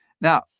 Now